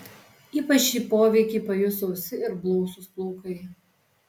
ypač šį poveikį pajus sausi ar blausūs plaukai